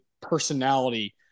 personality